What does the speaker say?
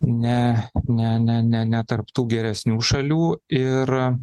ne ne ne ne ne tarp tų geresnių šalių ir